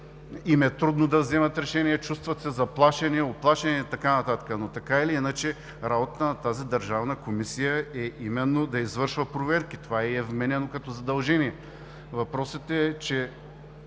им е трудно да взимат решения, чувстват се заплашени, уплашени и така нататък. Така или иначе обаче работата на тази комисия е именно да извършва проверки. Това ѝ е вменено като задължение. Въпросът е